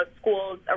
schools